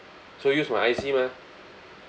so use my I_C mah